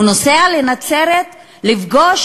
הוא נוסע לנצרת לפגוש